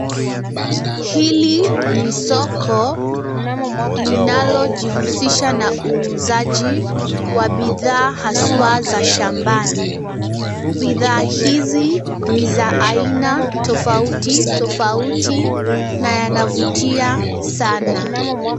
Hili ni soko, linalojihusisha na uuzaji wa bidhaa haswa za shambani, Bidhaa hizi ni za aina tofauti tofauti, na yanavutia sana.